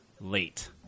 late